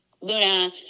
Luna